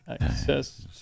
access